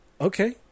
okay